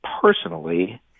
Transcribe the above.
Personally